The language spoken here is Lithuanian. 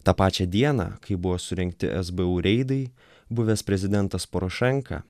tą pačią dieną kai buvo surengti sbu reidai buvęs prezidentas porošenka